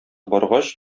баргач